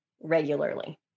regularly